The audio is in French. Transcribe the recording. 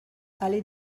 allée